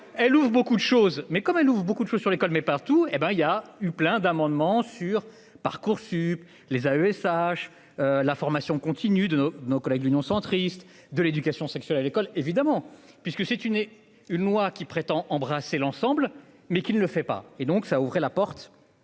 elles ouvrent beaucoup de choses mais comme elle ouvre beaucoup de choses sur l'école, mais partout et ben il y a eu plein d'amendements sur Parcoursup, les AESH. La formation continue de nos, nos collègues de l'Union centriste de l'éducation sexuelle à l'école. Évidemment puisque c'est une et une loi qui prétend embrasser l'ensemble mais qui ne le fait pas et donc ça ouvrait la porte